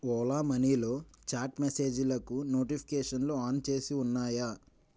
ఓలా మనీలో చాట్ మెసేజీలకు నోటిఫికేషన్లు ఆన్ చేసి ఉన్నాయా